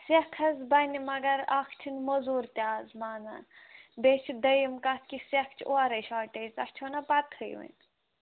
سیٚکھ حظ بَنہِ مگر اَکھ چھِنہٕ موٚزوٗر تہِ آز مانان بیٚیہِ چھِ دٔیِم کَتھ کہِ سیٚکھ چھِ اورَے شاٹیج تَتھ چھِ وَنان پَتہٕے وۅنۍ